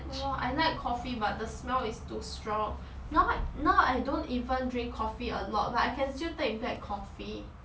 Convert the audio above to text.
ya lor I like coffee but the smell is too strong now now I don't even drink coffee a lot but I can still take black coffee